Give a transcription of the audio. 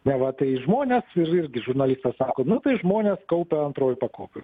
neva tai žmonės ir irgi žurnalistas sako nu tai žmonės kaupia antroje pakopoj